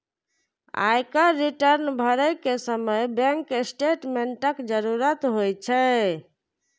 आयकर रिटर्न भरै के समय बैंक स्टेटमेंटक जरूरत होइ छै